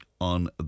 on